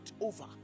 over